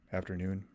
afternoon